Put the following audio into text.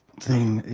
thing